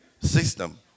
system